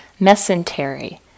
mesentery